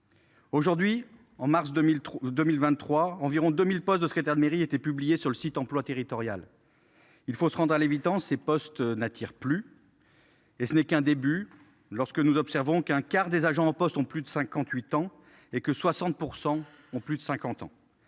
Aujourd'hui, en mars 2003, 2023 environ 2000 postes de secrétaire de mairie était publié sur le site emploie territoriale. Il faut se rendre à l'évidence ces postes n'attire plus. Et ce n'est qu'un début. Lorsque nous observons qu'un quart des agents en poste ont plus de 58 ans et que 60% ont plus de 50 ans.